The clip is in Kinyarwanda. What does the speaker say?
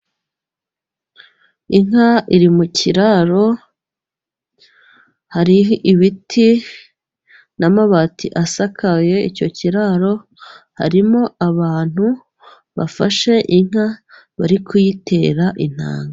Inka iri mu kiraro hari ibiti n'amabati asakaye icyo kiraro harimo abantu bafashe inka bari kuyitera intanga.